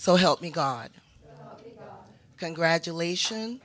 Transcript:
so help me god congratulations